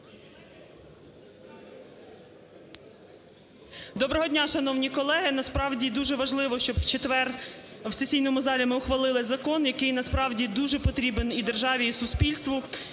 Доброго дня, шановні колеги! Насправді дуже важливо, щоб в четвер в сесійному залі ми ухвалили закон, який насправді дуже потрібен і державі і суспільству.